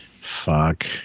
Fuck